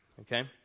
Okay